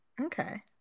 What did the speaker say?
Okay